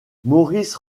maurice